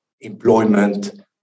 employment